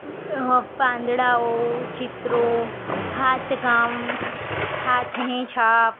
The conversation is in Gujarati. પાંદડાંઓ ચિત્રો હાથકામ હાથની છાપ